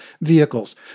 vehicles